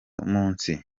munsi